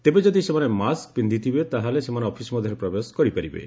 ତେବେ ଯଦି ସେମାନେ ମାସ୍କ ପିନ୍ଧୁଥିବେ ତାହାହେଲେ ସେମାନେ ଅଫିସ୍ ମଧ୍ୟରେ ପ୍ରବେଶ କରିପାରିବେ